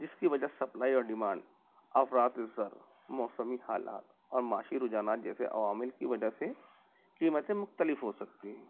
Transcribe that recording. جس کی وجہ سپلائی اور ڈیمانڈ افراط زر موسمی حالات اور معاشی رجحانات جیسے عوامل کی وجہ سے قیمتیں مختلف ہو سکتی ہیں